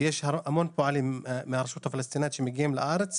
כי יש המון פועלים שמגיעים לארץ